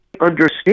understand